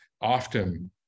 often